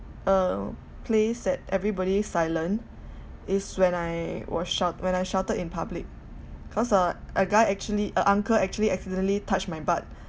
a place that everybody silent is when I was shout when I shouted in public because uh a guy actually a uncle actually accidentally touched my butt